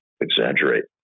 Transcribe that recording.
exaggerate